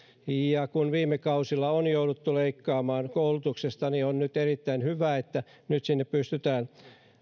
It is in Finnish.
ja kun viime kausilla on jouduttu leikkaamaan koulutuksesta niin on erittäin hyvä että nyt sinne pystytään